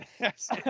yes